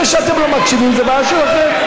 זה שאתם לא מקשיבים, זו בעיה שלכם.